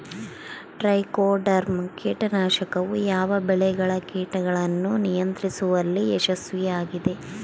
Trichoderma ಕೇಟನಾಶಕವು ಯಾವ ಬೆಳೆಗಳ ಕೇಟಗಳನ್ನು ನಿಯಂತ್ರಿಸುವಲ್ಲಿ ಯಶಸ್ವಿಯಾಗಿದೆ?